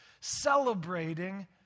celebrating